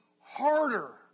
harder